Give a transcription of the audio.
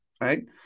right